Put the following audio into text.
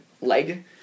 leg